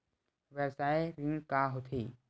व्यवसाय ऋण का होथे?